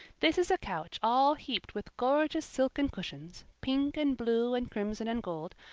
this is a couch all heaped with gorgeous silken cushions, pink and blue and crimson and gold,